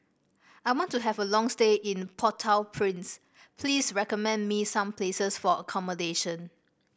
I want to have a long stay in Port Au Prince please recommend me some places for accommodation